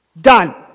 Done